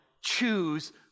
choose